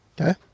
Okay